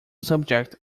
subject